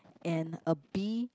and a bee